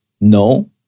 no